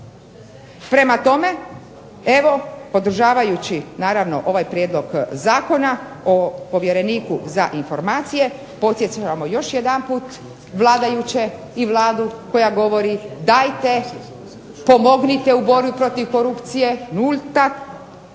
Prema tome, evo podržavajući naravno ovaj prijedlog Zakona o povjereniku za informacije, podsjećamo još jedanput vladajuće i Vladu koja govori dajte pomognite u borbi protiv korupcije, nulta